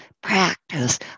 practice